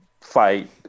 fight